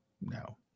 no